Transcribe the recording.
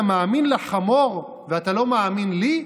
אתה מאמין לחמור ואתה לא מאמין לי,